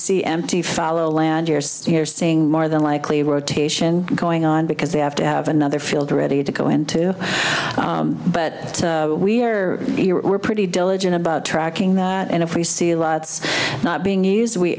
see mt follow landers you're seeing more than likely rotation going on because they have to have another field ready to go into but we're we're pretty diligent about tracking that and if we see lots not being used we